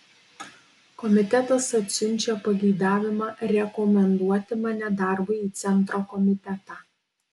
komitetas atsiunčia pageidavimą rekomenduoti mane darbui į centro komitetą